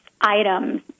items